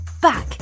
back